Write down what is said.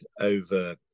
over